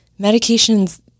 medications